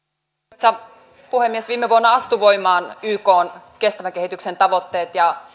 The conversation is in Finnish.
arvoisa puhemies viime vuonna astuivat voimaan ykn kestävän kehityksen tavoitteet ja